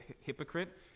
hypocrite